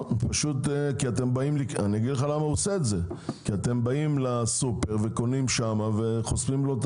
הוא עושה את זה כי אתם באים לסופרים וקונים שם וחוסמים לו את